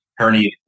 herniated